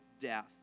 death